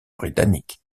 britannique